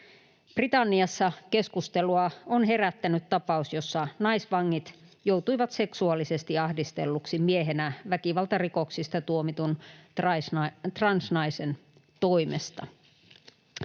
Britanniassa keskustelua on herättänyt tapaus, jossa naisvangit joutuivat seksuaalisesti ahdistelluiksi miehenä väkivaltarikoksista tuomitun transnaisen toimesta.